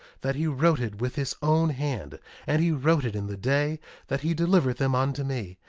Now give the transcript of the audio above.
that he wrote it with his own hand and he wrote it in the day that he delivered them unto me.